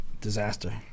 disaster